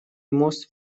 мост